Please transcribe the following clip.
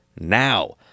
Now